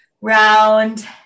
round